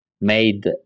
made